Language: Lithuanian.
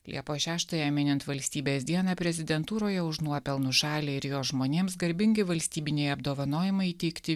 liepos šeštąją minint valstybės dieną prezidentūroje už nuopelnus šaliai ir jos žmonėms garbingi valstybiniai apdovanojimai įteikti